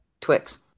Twix